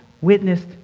witnessed